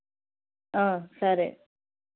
సరే